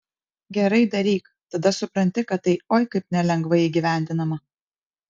gerai daryk tada supranti kad tai oi kaip nelengvai įgyvendinama